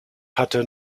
hatte